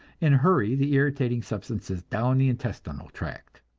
and hurry the irritating substances down the intestinal tract.